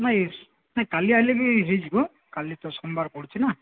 ନାଇଁ ସେ କାଲି ଆସିଲେ ବି ହେଇଯିବ କାଲି ତ ସୋମବାର ପଡ଼ୁଛି ନା